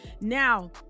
Now